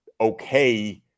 okay